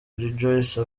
rejoice